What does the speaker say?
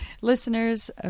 listeners